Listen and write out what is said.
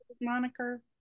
moniker